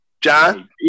John